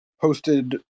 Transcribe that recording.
posted